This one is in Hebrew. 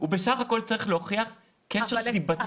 הם בסך הכול צריכים להוכיח קשר סיבתי בין --- אבל